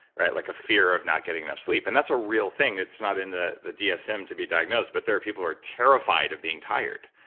like a fear of not getting enough sleep, and that's a real thing it's not in the the dsm to be diagnosed, but there are people who are terrified of being tired,